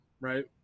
right